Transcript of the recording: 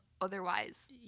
otherwise